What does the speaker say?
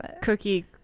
cookie